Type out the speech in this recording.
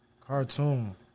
cartoon